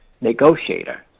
negotiator